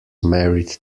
married